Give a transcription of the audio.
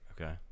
Okay